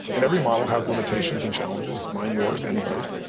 and every model has limitations and challenges, mine, yours, anybody's.